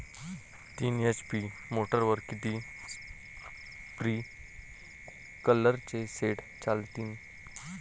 तीन एच.पी मोटरवर किती स्प्रिंकलरचे सेट चालतीन?